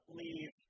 leave